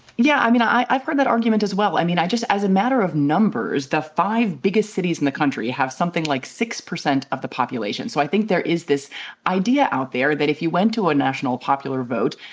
yeah, i mean, i guess i've heard that argument argument as well. i mean, i just as a matter of numbers, the five biggest cities in the country have something like six percent of the population. so i think there is this idea out there that if you went to a national popular vote,